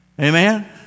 Amen